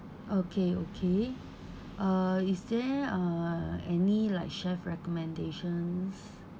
okay okay uh is there uh any like chef recommendations